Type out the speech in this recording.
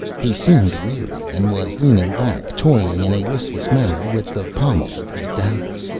he seemed weary, and was leaning back toying in a listless manner with the pommel of his dagger.